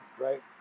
right